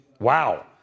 Wow